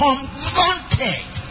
Confronted